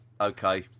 Okay